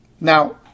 Now